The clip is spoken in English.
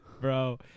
Bro